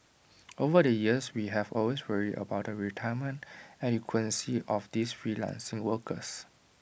over the years we have always worried about the retirement adequacy of these freelancing workers